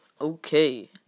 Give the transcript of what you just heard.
Okay